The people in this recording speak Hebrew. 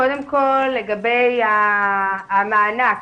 קודם כל לגבי המענק,